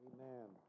Amen